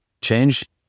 change